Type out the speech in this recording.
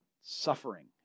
suffering